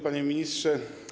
Panie Ministrze!